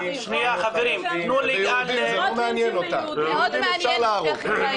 יהודים אפשר להרוג.